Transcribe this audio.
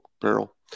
barrel